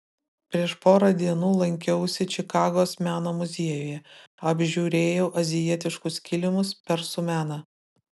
prieš porą dienų lankiausi čikagos meno muziejuje apžiūrėjau azijietiškus kilimus persų meną